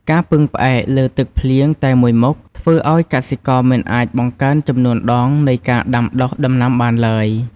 ការពឹងផ្អែកលើទឹកភ្លៀងតែមួយមុខ ធ្វើឱ្យកសិករមិនអាចបង្កើនចំនួនដងនៃការដាំដុះដំណាំបានឡើយ។